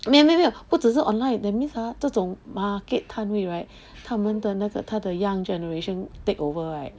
没有没有不只是 online that means ah 这种 market 摊位 right 他们的那个他的 young generation takeover right